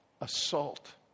assault